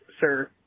Sir